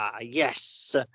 Yes